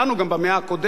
גם במאה הקודמת,